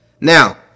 Now